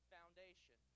Foundation